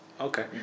Okay